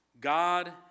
God